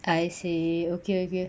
I see okay okay